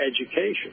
education